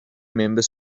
member